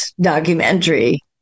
documentary